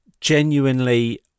genuinely